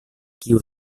kiu